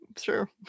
sure